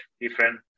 different